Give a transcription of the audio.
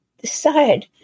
decide